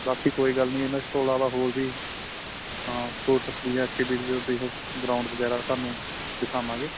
ਬਾਕੀ ਕੋਈ ਗੱਲ ਨਹੀਂ ਇਹਨਾਂ ਤੋਂ ਇਲਾਵਾ ਹੋਰ ਵੀ ਗਰਾਊਂਡ ਵਗੈਰਾ ਤੁਹਾਨੂੰ ਦਿਖਾਵਾਂਗੇ